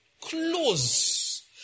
Close